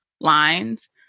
lines